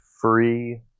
free